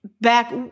back